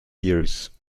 years